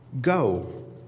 go